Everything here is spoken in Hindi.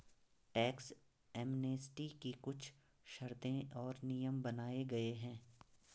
टैक्स एमनेस्टी की कुछ शर्तें और नियम बनाये गये हैं